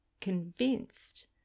convinced